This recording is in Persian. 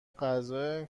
غذای